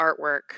artwork